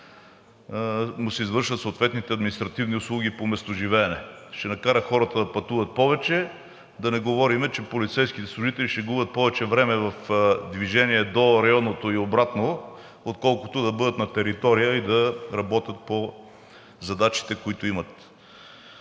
му се извършват съответните административни услуги по местоживеене – ще накара хората да пътуват повече. Да не говорим, че полицейските служители ще губят повече време в движение до районното и обратно, отколкото да бъдат на територия и да работят по задачите, които имат.